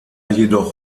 jedoch